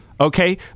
Okay